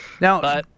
Now